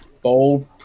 Bold